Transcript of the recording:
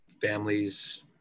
families